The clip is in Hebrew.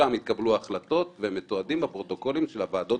שם התקבלו החלטות שמתועדות בפרוטוקולים עצמם.